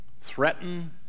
threaten